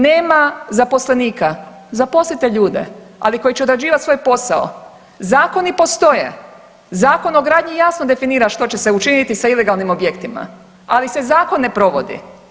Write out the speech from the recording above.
Nema zaposlenika, zaposlite ljude ali koji će odrađivati svoj posao, zakoni postoje, Zakon o gradnji jasno definira što će se učiniti sa ilegalnim objektima, ali se zakon ne provodi.